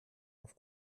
auf